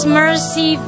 mercy